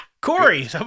Corey